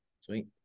sweet